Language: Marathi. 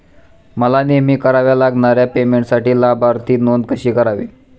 मला नेहमी कराव्या लागणाऱ्या पेमेंटसाठी लाभार्थी नोंद कशी करावी?